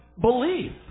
belief